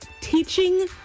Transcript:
Teaching